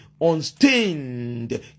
unstained